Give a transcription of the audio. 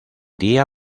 día